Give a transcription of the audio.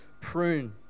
prune